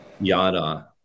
yada